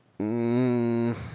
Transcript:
Mmm